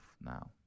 now